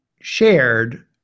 shared